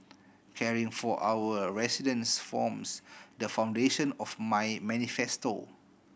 caring for our residents forms the foundation of my manifesto